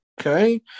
Okay